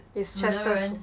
it's chester chester